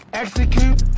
execute